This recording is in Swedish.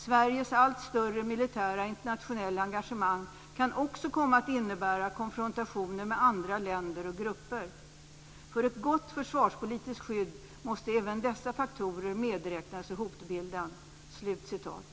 Sveriges allt större militära internationella engagemang kan också komma att innebära konfrontationer med andra länder och grupper. För ett gott försvarspolitiskt skydd måste även dessa faktorer medräknas i hotbilden." Fru talman!